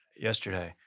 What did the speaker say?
yesterday